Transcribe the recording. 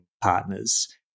partners